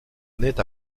nait